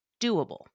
Doable